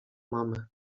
mamę